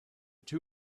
two